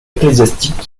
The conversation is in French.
ecclésiastique